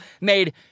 made